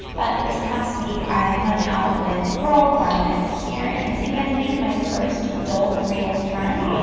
but this past week, i hung out with a girl who i met here. and i think i made my first adult, real friend aw,